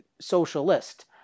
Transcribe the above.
socialist